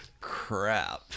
Crap